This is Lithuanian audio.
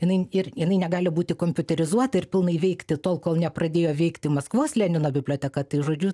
jinai ir jinai negali būti kompiuterizuota ir pilnai veikti tol kol nepradėjo veikti maskvos lenino biblioteka tai žodžiu